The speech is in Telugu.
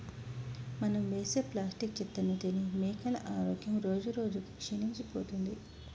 మనం వేసే ప్లాస్టిక్ చెత్తను తిని మేకల ఆరోగ్యం రోజురోజుకి క్షీణించిపోతుంది